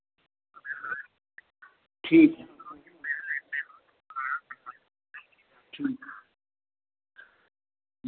ठीक है